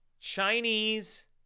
Chinese